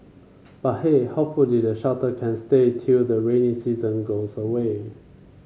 but hey hopefully the shelter can stay till the rainy season goes away